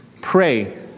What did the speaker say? Pray